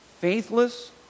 faithless